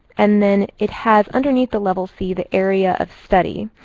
and then it has, underneath the level c, the area of study.